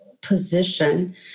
position